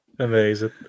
Amazing